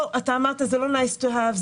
אמרת שזה לא Nice to have.